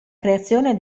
creazione